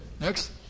next